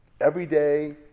everyday